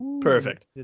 Perfect